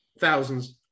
Thousands